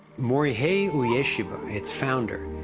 morihei ueshiba, its founder,